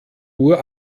uhr